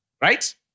Right